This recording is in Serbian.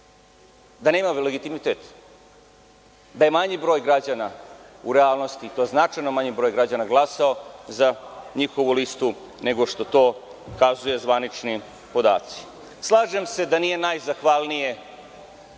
da nema legitimitet, da je manji broj građana u realnosti, i to značajno manji broj građana, glasao za njihovu listu nego što to ukazuju zvanični podaci. Slažem se da nije najzahvalnije